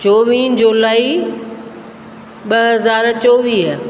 चोवीह जुलाई ॿ हज़ार चोवीह